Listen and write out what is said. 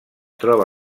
troba